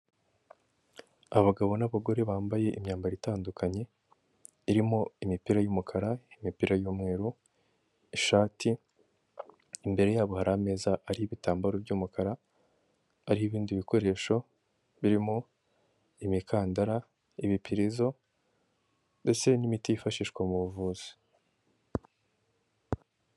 Abagabo n'abagore bambaye imyambaro itandukanye irimo imipira y'umukara, imipira y'umweru ,ishati ,imbere yabo hari ameza ari ibitambaro by'umukara hari ibindi bikoresho birimo imikandara, ibipirizo ndetse n'imiti yifashishwa mu buvuzi.